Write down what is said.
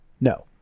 No